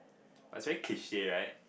but it's very cliche right